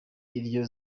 iryo